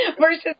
versus